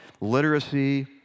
Literacy